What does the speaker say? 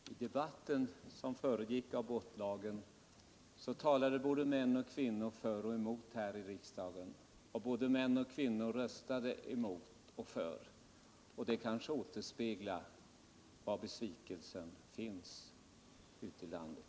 Herr talman! I den debatt som föregick abortlagen talade både män och kvinnor här i riksdagen för och emot lagen. Och både män och kvinnor röstade för och emot den. Det kanske avspeglar var besvikelsen över lagen finns ute i landet.